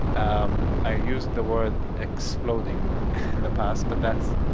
um, i used the word exploding in the past, but that's